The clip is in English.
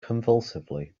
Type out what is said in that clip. convulsively